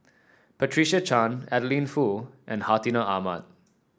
Patricia Chan Adeline Foo and Hartinah Ahmad